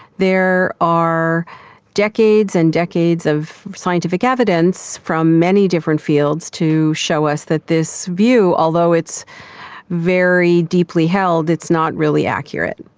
there are decades and decades of scientific evidence from many different fields to show us that this view, although it's very deeply held, it's not really accurate.